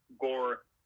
gore